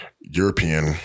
European